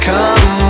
Come